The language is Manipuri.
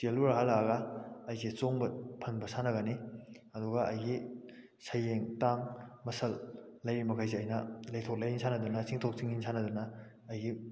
ꯆꯦꯜꯂꯨꯔ ꯍꯜꯂꯛꯑꯒ ꯑꯩꯁꯦ ꯆꯣꯡꯕ ꯐꯟꯕ ꯁꯥꯟꯅꯒꯅꯤ ꯑꯗꯨꯒ ꯑꯩꯒꯤ ꯁꯌꯦꯡ ꯇꯥꯡ ꯃꯁꯜ ꯂꯩꯔꯤꯕ ꯃꯈꯩꯁꯦ ꯑꯩꯅ ꯂꯩꯊꯣꯛ ꯂꯩꯁꯤꯟ ꯁꯥꯟꯅꯗꯨꯅ ꯆꯤꯡꯊꯣꯛ ꯆꯤꯡꯁꯤꯟ ꯁꯥꯟꯅꯗꯨꯅ ꯑꯩꯒꯤ